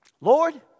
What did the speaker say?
Lord